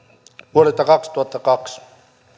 vuodelta kaksituhattakaksi